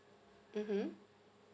mmhmm